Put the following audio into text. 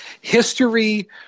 History